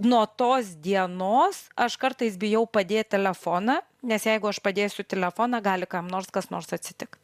nuo tos dienos aš kartais bijau padėt telefoną nes jeigu aš padėsiu telefoną gali kam nors kas nors atsitikt